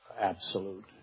absolute